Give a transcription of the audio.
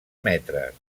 metres